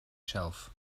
shelf